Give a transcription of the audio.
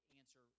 answer